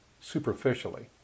superficially